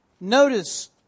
Notice